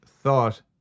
thought